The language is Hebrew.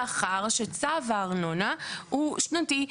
מאחר שצו הארנונה הוא שנתי.